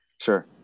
Sure